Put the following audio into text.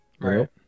right